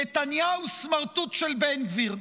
נתניהו סמרטוט של בן גביר.